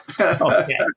Okay